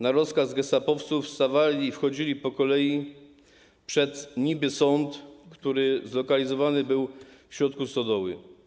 Na rozkaz gestapowców wstawali i wchodzili po kolei przed niby-sąd, który zlokalizowany był w środku stodoły.